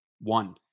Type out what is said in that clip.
One